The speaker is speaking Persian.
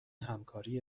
همکاری